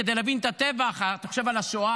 כדי להבין את הטבח, אתה חושב על השואה.